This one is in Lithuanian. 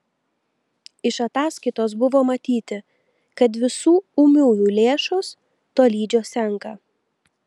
iš ataskaitos buvo matyti kad visų ūmiųjų lėšos tolydžio senka